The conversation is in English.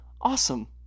awesome